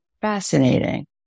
fascinating